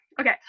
okay